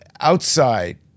outside